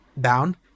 down